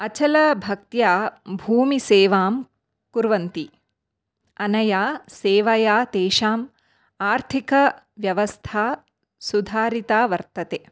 अचलभक्त्या भूमिसेवां कुर्वन्ति अनया सेवया तेषाम् आर्थिकव्यवस्था सुधारिता वर्तते